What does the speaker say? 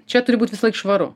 čia turi būt visąlaik švaru